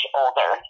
older